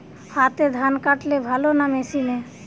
হাতে ধান কাটলে ভালো না মেশিনে?